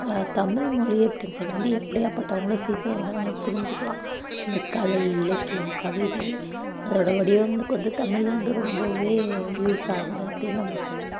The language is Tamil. தமிழ் மொழி அப்படிங்குறது வந்து எப்படியாப்பட்டவங்களும் சீக்கிரம் வந்து நம்ம புரிஞ்சிக்கலாம் இந்த கலை இலக்கியம் கவிதை அதோட வடிவங்களுக்கு வந்து தமிழ் வந்து ரொம்பவே யூஸ் ஆகுது அப்படினு நம்ம சொல்லலாம்